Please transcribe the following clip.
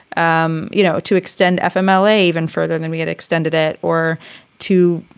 um you know, to extend fmla even further than we had extended it or to